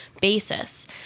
basis